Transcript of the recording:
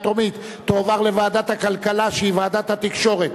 טרומית ותועבר לוועדת הכלכלה שהיא ועדת התקשורת.